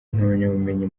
impamyabumenyi